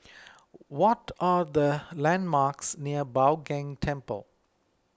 what are the landmarks near Bao Gong Temple